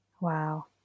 Wow